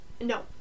No